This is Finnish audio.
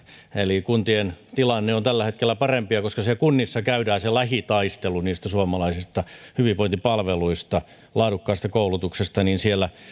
eli kuntien tilanne on tällä hetkellä parempi ja koska kunnissa käydään se lähitaistelu suomalaisista hyvinvointipalveluista kuten laadukkaasta koulutuksesta siellä